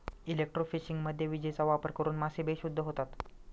इलेक्ट्रोफिशिंगमध्ये विजेचा वापर करून मासे बेशुद्ध होतात